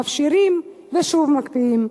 מפשירים ושוב מקפיאים.